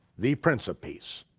the prince of peace,